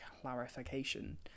clarification